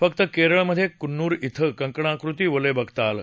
फक्त केरळमधे कन्नूर इथं हे कंकणाकृती वलय बघता आलं